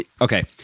Okay